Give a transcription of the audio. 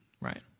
right